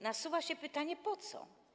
Nasuwa się pytanie: Po co?